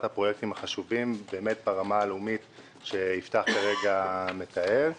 הפרויקטים החשובים ברמה הלאומית שיפתח נאור מתאר עכשיו.